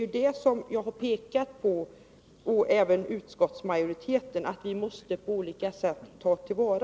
Utskottsmajoriteten pekar också på att detta måste vi på olika sätt ta till vara.